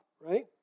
right